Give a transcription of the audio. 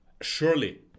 surely